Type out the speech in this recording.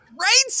right